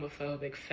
homophobic